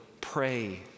pray